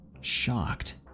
shocked